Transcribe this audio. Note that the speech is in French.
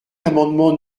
l’amendement